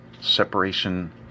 separation